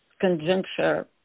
conjuncture